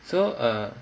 so err